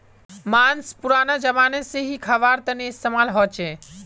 माँस पुरना ज़माना से ही ख्वार तने इस्तेमाल होचे